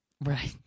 Right